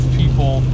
people